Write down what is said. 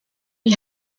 you